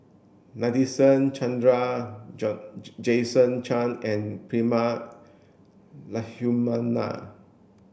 Nadasen Chandra Jason Chan and Prema Letchumanan